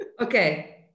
Okay